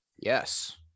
Yes